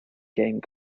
game